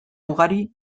ugari